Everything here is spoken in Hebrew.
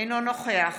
אינו נוכח